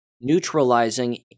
neutralizing